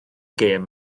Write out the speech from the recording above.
gêm